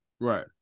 Right